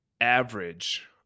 average